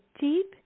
deep